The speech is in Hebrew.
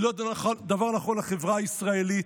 היא לא דבר נכון לחברה הישראלית.